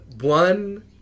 one